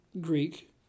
Greek